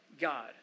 God